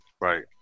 right